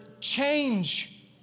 change